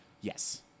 yes